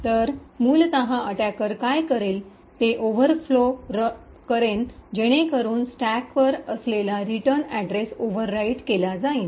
तर मूलत अटैकर काय करेल ते बफर ओव्हरफ्लो करेन जेणेकरून स्टॅकवर असलेला रिटर्न अड्रेस ओव्हर राईट केला जाईन